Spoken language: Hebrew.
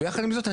יחד עם זאת,